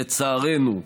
לצערנו,